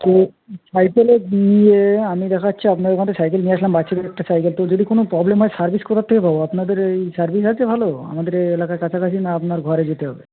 তো সাইকেলের ইয়ে আমি দেখাচ্ছি আপনার ওখান থেকে সাইকেল নিয়ে আসলাম বাচ্চাদেরটা সাইকেল তো যদি কোনো প্রবলেম হয় সার্ভিস কোথার থেকে পাবো আপনাদের এই সার্ভিস আছে ভালো আমাদের এই এলাকার কাছাকাছি না আপনার ঘরে যেতে হবে